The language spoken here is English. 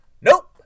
nope